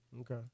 Okay